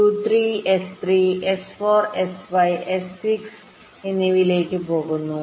U3 S3 S4 S5 S6 എന്നിവയിലേക്ക് പോകുന്നു